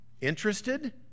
interested